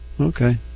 Okay